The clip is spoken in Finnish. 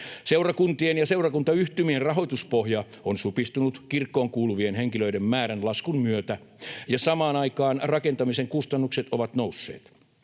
Seurakuntien ja seurakuntayhtymien rahoituspohja on supistunut kirkkoon kuuluvien henkilöiden määrän laskun myötä, ja samaan aikaan rakentamisen kustannukset ovat nousseet.